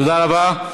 תודה רבה.